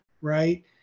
Right